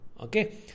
okay